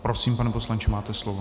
Prosím, pane poslanče, máte slovo.